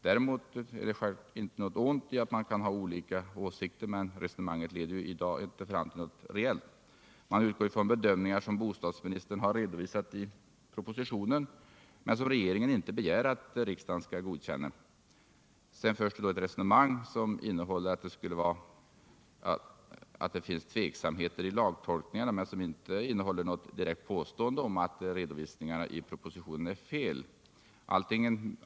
Därmed inget ont om att man kan ha olika åsikter, men här leder ju resonemanget inte fram till någonting reellt. Man utgår från bedömningar som bostadsministern redovisar i propositionen men som regeringen inte begär att riksdagen skall godkänna. Sedan förs det ett resonemang som skall visa att det finns tveksamheter i lagtolkningarna, men som inte innehåller något direkt påstående om att redovisningen i propositionen är felaktig.